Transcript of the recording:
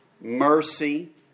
mercy